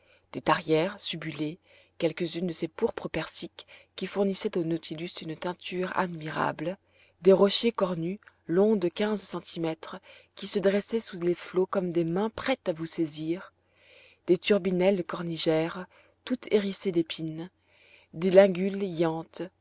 des tarières subulées quelques-unes de ces pourpres persiques qui fournissaient au nautilus une teinture admirable des rochers cornus longs de quinze centimètres qui se dressaient sous les flots comme des mains prêtes à vous saisir des turbinelles cornigères toutes hérissées d'épines des lingules